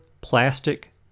plastic